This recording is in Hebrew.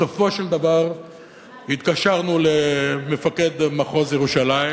בסופו של דבר התקשרנו למפקד מחוז ירושלים,